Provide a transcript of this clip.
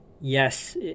yes